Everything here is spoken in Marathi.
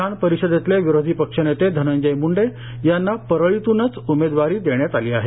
विधानपरिषदेतले विरोधीपक्ष नेते धनंजय मुंडे यांना परळीतूनच उमेदवारी देण्यात आली आहे